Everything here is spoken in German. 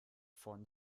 vom